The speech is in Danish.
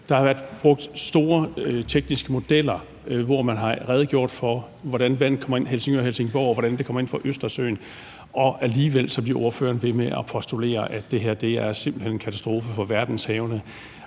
Der har været brugt store tekniske modeller, hvor man har redegjort for, hvordan vandet kommer ind ved Helsingør og Helsingborg, og hvordan det kommer ind fra Østersøen, men alligevel bliver ordføreren ved med at postulere, at det her simpelt hen er en katastrofe for verdenshavene,